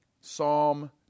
Psalm